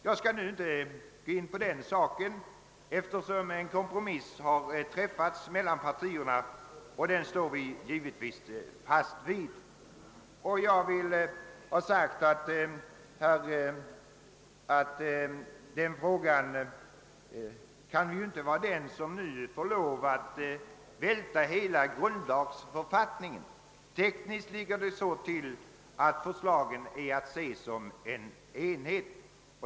Jag skall inte nu gå in på den saken, eftersom en kompromiss har träffats mellan partierna. Den står vi givetvis fast vid. Jag vill tillägga att frågan om spärregeln inte kan få bli den som välter hela författningsändringen. Tekniskt ligger det så till att förslaget är att se som en enhet.